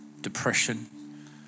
depression